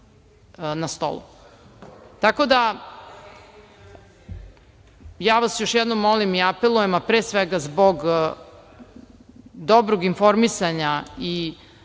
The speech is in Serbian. na stolu. Tako da, ja vas još jednom molim i apelujem, a pre svega zbog dobrog informisanja i